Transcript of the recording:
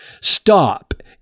stop